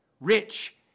rich